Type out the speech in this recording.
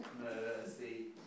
mercy